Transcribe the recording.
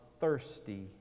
thirsty